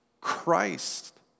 Christ